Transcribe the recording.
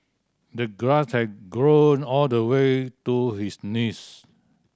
the grass had grown all the way to his knees